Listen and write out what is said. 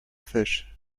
fish